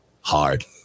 hard